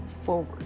forward